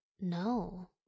No